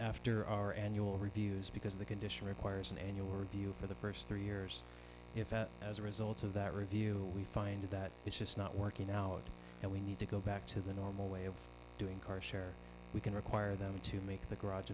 after our annual reviews because the condition requires an annual review for the first three years if that as a result of that review we find that it's just not working out and we need to go back to the normal way of doing car share we can require them to make the garage